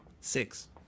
Six